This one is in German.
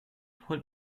holt